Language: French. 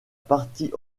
partie